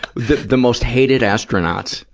the, the most hated astronauts,